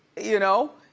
you know.